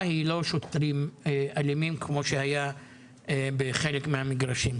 היא לא שוטרים אלימים כמו שהיה בחלק מהמגרשים.